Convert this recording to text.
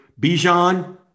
Bijan